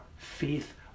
Faith